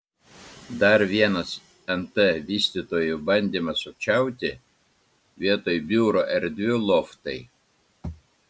dar vienas nt vystytojų bandymas sukčiauti vietoj biuro erdvių loftai